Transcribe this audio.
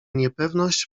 niepewność